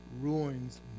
ruins